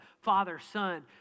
father-son